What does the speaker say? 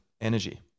energy